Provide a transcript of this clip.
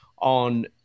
on